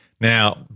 Now